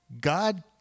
God